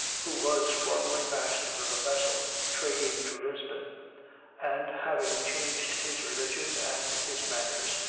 who was formerly master of a vessel trading to lisbon and, having changed his religion and his manners,